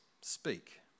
speak